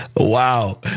Wow